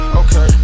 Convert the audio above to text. okay